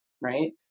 right